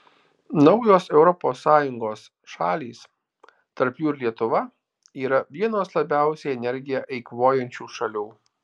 naujos europos sąjungos šalys tarp jų ir lietuva yra vienos labiausiai energiją eikvojančių šalių